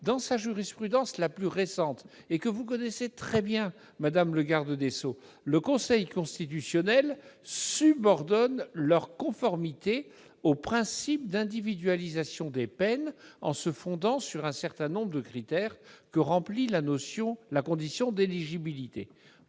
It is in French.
Dans sa jurisprudence la plus récente, que vous connaissez très bien, le Conseil constitutionnel subordonne leur conformité au principe d'individualisation des peines en se fondant sur un certain nombre de critères, que remplit la condition d'éligibilité.